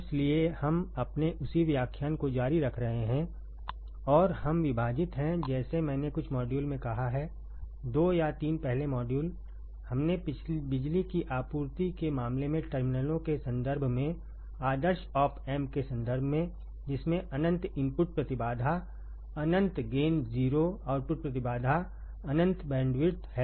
इसलिए हम अपने उसी व्याख्यान को जारी रख रहे हैं और हम विभाजित हैं जैसे मैंने कुछ मॉड्यूल में कहा है2 या 3 पहले मॉड्यूल हमनेबिजली की आपूर्ति के मामले में टर्मिनलों के संदर्भ में आदर्श ऑप एम्प के संदर्भ में जिसमें अनंत इनपुट प्रतिबाधा अनंत गेन 0 आउटपुट प्रतिबाधा अनंत बैंडविड्थ है